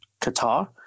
Qatar